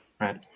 right